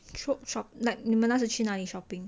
like 你们那时去哪里 shopping